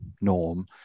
norm